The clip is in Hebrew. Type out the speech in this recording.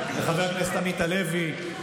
לחבר הכנסת עמית הלוי,